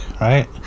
right